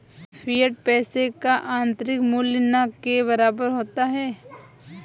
fiat पैसे का आंतरिक मूल्य न के बराबर होता है